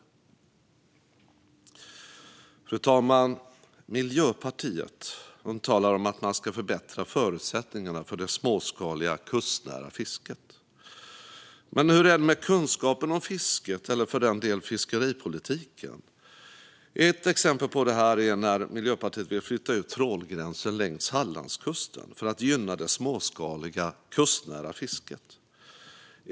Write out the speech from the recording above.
Fru talman! Miljöpartiet talar om att man ska förbättra förutsättningarna för det småskaliga kustnära fisket. Men hur är det med kunskapen om fisket, eller för den delen fiskeripolitiken? Ett exempel på detta är när Miljöpartiet vill flytta ut trålgränsen längs Hallandskusten för att gynna det småskaliga kustnära fisket.